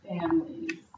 families